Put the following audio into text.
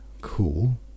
Cool